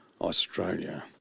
Australia